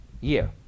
year